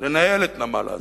לנהל את נמל עזה.